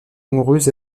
amoureuse